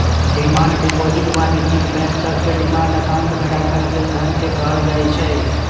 demand deposit वाणिज्यिक bank सभके demand account में राखल गेल धन के कहल जाइ छै